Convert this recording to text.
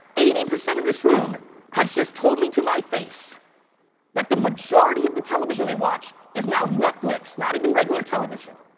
eighty percent of this room has just told me to my face that the majority of the television they watch is now netflix, not even regular television.